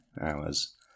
hours